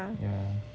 yeah